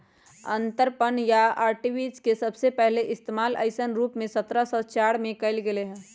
अंतरपणन या आर्बिट्राज के सबसे पहले इश्तेमाल ऐसन रूप में सत्रह सौ चार में कइल गैले हल